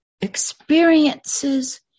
experiences